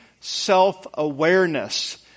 self-awareness